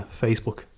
Facebook